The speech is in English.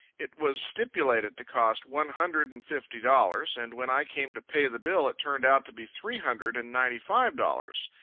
it was stipulated to cost one hundred and fifty dollars, and when i came to pay the bill, it turned out to be three hundred and ninety-five dollars.